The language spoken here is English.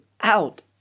out